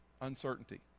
uncertainty